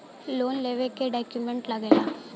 Loan लेवे के का डॉक्यूमेंट लागेला?